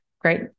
Great